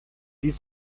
wie